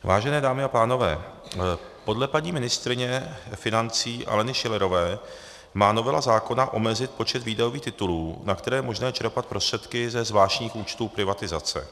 Vážené dámy a pánové, podle paní ministryně financí Aleny Schillerové má novela zákona omezit počet výdajových titulů, na které je možné čerpat prostředky ze zvláštních účtů privatizace.